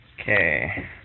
okay